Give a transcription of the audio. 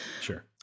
sure